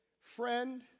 friend